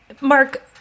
Mark